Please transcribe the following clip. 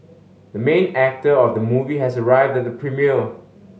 the main actor of the movie has arrived at the premiere